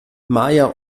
maja